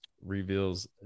reveals